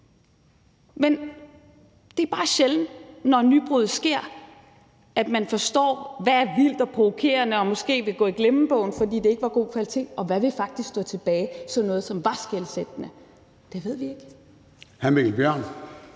Men det er sjældent, når nybrud sker, at man forstår, hvad der bare er vildt og provokerende og måske vil gå i glemmebogen, fordi det ikke er god kvalitet, og hvad der faktisk vil stå tilbage som noget, der var skelsættende. Det ved vi ikke. Kl.